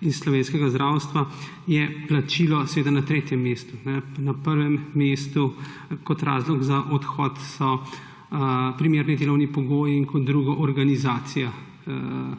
iz slovenskega zdravstva, je plačilo seveda na tretjem mestu. Na prvem mestu so kot razlog za odhod primerni delovni pogoji, kot drugo organizacija in